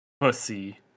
pussy